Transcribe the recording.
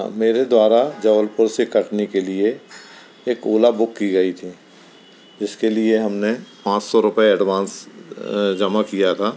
मेरे द्वारा जबलपुर से कटनी के लिए एक ओला बुक की गई थी जिसके लिए हमने पाँच सौ रुपये एडवांस जमा किया था